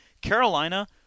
Carolina